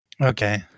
Okay